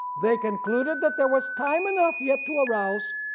they concluded that there was time enough yet to arouse.